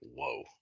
whoa